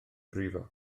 brifo